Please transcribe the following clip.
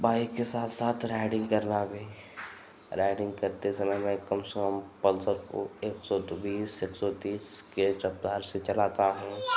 bike के साथ साथ राइडिन्ग करना भी राइडिन्ग करते समय मैं कम से कम पल्सर को एक सौ बीस एक सौ तीस की रफ़्तार से चलाता हूँ